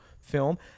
film